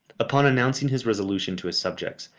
upon announcing his resolution to his subjects,